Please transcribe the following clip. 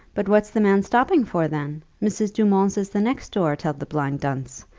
but what's the man stopping for, then? mrs. dumont's is the next door, tell the blind dunce.